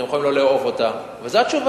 אתם יכולים לא לאהוב אותה, אבל זו התשובה.